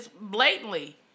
blatantly